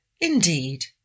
Indeed